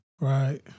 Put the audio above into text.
Right